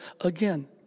again